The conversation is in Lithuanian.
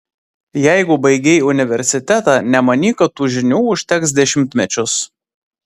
jeigu baigei universitetą nemanyk kad tų žinių užteks dešimtmečius